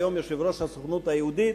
היום יושב-ראש הסוכנות היהודית,